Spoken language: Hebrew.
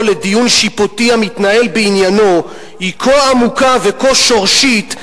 לדיון שיפוטי המתנהל בעניינו היא כה עמוקה וכה שורשית,